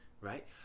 right